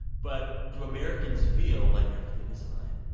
but do americans feel like everything is fine?